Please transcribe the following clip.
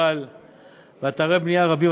אבל באתרי בנייה רבים,